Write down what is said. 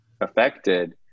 affected